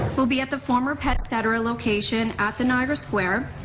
will be at the former petcetera location at the niagara square.